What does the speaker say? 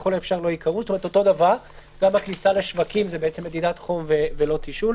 וככל האפשר יפעיל גם מנגנון ויסות דיגיטלי,